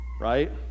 right